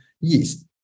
yeast